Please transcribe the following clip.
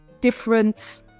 different